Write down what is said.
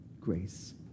grace